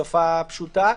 בשפה פשוטה,